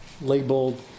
Labeled